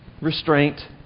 restraint